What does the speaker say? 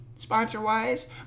Sponsor-wise